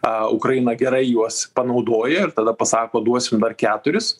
a ukraina gerai juos panaudoja ir tada pasako duosim dar keturis